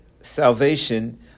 salvation